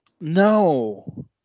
No